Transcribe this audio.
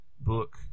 book